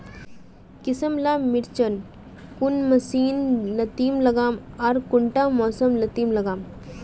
किसम ला मिर्चन कौन जमीन लात्तिर लगाम आर कुंटा मौसम लात्तिर लगाम?